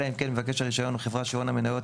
אלא אם כן מבקש הרישיון הוא חברה שהון המניות